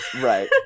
Right